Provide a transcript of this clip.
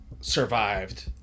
survived